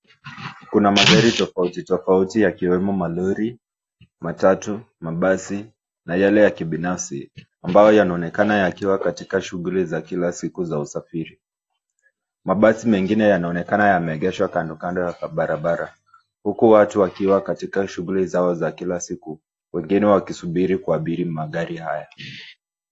Kuna magari tofauti tofauti yakiwemo malori, matatu, mabasi na yale ya kibinafsi ambayo yanaonekana yakiwa katika shughuli za kila siku za usafiri. Mabasi mengine yanaonekana yameegeshwa kando kando ya barabara. Huku watu wakiwa katika shughuli zao za kila siku. Wengine wakisubiri kuabiri magari haya.